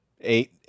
eight